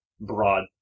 broad